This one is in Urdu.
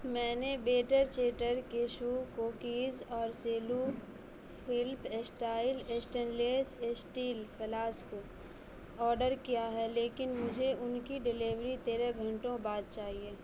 میں نے بیٹر چیٹر کیشو کوکیز اور cello flip style stainless steel flask order کیا ہے لیکن مجھے ان کی ڈلیوری تیرہ گھنٹوں بعد چاہیے